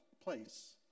place